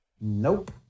Nope